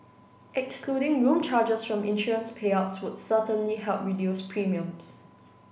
excluding room charges from insurance payouts would certainly help reduce premiums